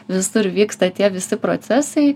vis dar vyksta tie visi procesai